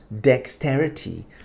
dexterity